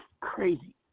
Crazy